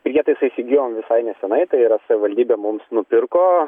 prietaisą įsigijom visai nesenai tai yra savivaldybė mums nupirko